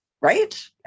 Right